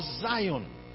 Zion